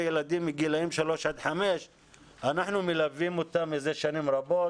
ילדים מגילאים 3 עד 5. אנחנו מלווים אותם מזה שנים רבות